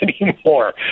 anymore